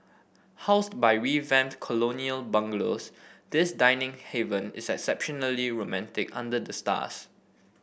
housed by revamped colonial bungalows this dining haven is exceptionally romantic under the stars